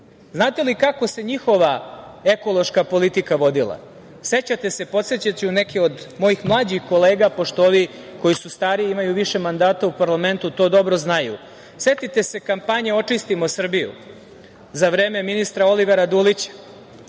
mesta. Znate li kako se njihova ekološka politika vodila? Sećate se, podsetiću neke od mojih mlađih kolega, pošto ovi stariji imaju više mandata u parlamentu i to dobro znaju. Setite se kampanje „Očistimo Srbiju“ za vreme ministra Olivera Dulića.